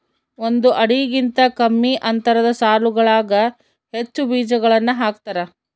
ಒಂದು ಅಡಿಗಿಂತ ಕಮ್ಮಿ ಅಂತರದ ಸಾಲುಗಳಾಗ ಹೆಚ್ಚು ಬೀಜಗಳನ್ನು ಹಾಕ್ತಾರ